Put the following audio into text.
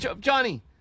Johnny